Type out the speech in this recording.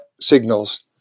signals